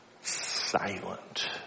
silent